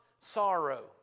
sorrow